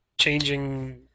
changing